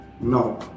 No